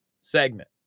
segment